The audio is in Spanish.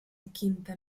quinta